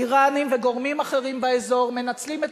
האירנים וגורמים אחרים באזור מנצלים את